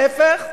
להיפך,